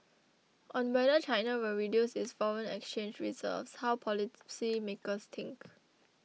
on whether China will reduce its foreign exchange reserves how policymakers think